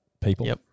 people